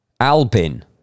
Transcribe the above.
Albin